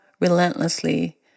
relentlessly